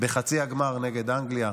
בחצי הגמר נגד אנגליה,